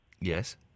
Yes